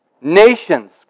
Nations